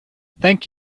thank